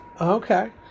Okay